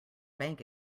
bank